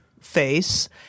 face